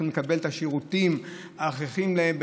לקבל את השירותים ההכרחיים להם ביום-יום,